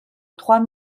trois